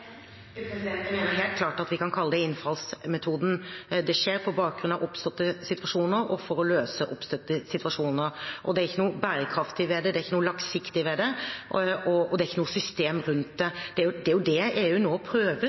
bakgrunn av oppståtte situasjoner og for å løse oppståtte situasjoner. Det er ikke noe bærekraftig ved det. Det er ikke noe langsiktig ved det. Og det er ikke noe system rundt det. Det er jo det EU nå prøver